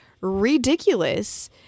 ridiculous